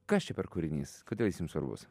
kas čia per kūrinys kodėl jis jums svarbus